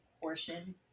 portion